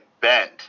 bent